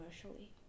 commercially